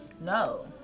No